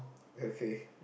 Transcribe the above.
okay